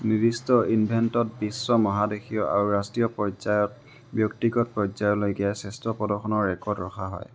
নিৰ্দিষ্ট ইভেণ্টত বিশ্ব মহাদেশীয় আৰু ৰাষ্ট্ৰীয় পৰ্যায়ত ব্যক্তিগত পৰ্যায়লৈকে শ্ৰেষ্ঠ প্ৰদৰ্শনৰ ৰেকৰ্ড ৰখা হয়